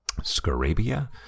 Scarabia